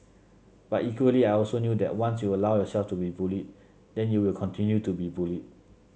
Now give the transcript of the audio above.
but equally I also knew that once you allow yourself to be bullied then you will continue to be bullied